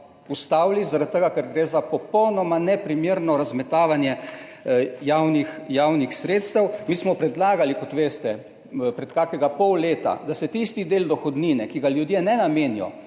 ustavili zaradi tega, ker gre za popolnoma neprimerno razmetavanje javnih sredstev. Mi smo predlagali, kot veste, pred kakšnega pol leta, da se tisti del dohodnine, ki ga ljudje ne namenijo,